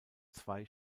zwei